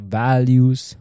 values